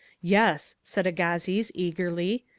yes, said agassiz eagerly,